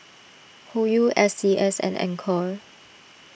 Hoyu S C S and Anchor